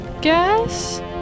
guess